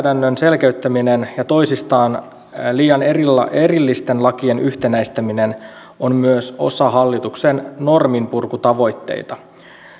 selkeyttäminen ja toisistaan liian erillisten lakien yhtenäistäminen on myös osa hallituksen norminpurkutavoitteita